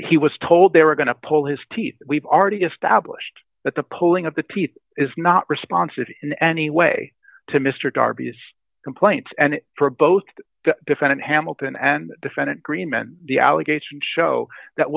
he was told they were going to pull his teeth we've already established that the pulling of the peat is not responsive in any way to mr darby's complaints and for both the defendant hamilton and defendant green men the allegation show that